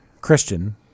Christian